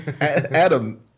Adam